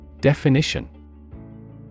Definition